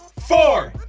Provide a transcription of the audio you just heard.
four,